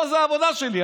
פה זו העבודה שלי,